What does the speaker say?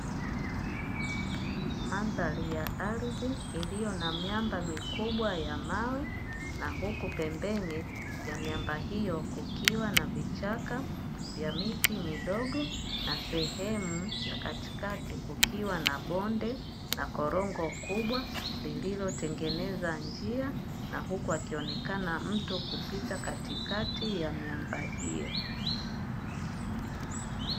Mandhari ya ardhi iliyo na miamba mikubwa ya mawe na huku pembeni ya miamba hiyo kukiwa na vichaka vya miti midogo, na sehemu ya katikati kukiwa na bonde na korongo kubwa, lililotengeneza njia na huku akionekana mtu kupita katikati ya miamba hiyo.